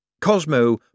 Cosmo